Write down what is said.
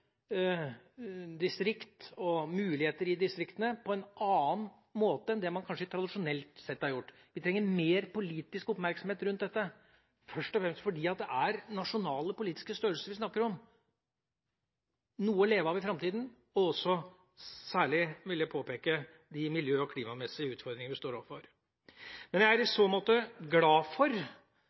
og muligheter i distriktene på en annen måte enn det man kanskje tradisjonelt har gjort. Vi trenger mer politisk oppmerksomhet rundt dette, først og fremst fordi det er nasjonale politiske størrelser vi snakker om, noe å leve av i framtida, og også særlig – vil jeg påpeke – de klimamessige utfordringene vi står overfor. Men i så måte er jeg glad for